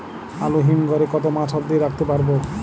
আলু হিম ঘরে কতো মাস অব্দি রাখতে পারবো?